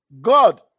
God